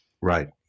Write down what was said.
Right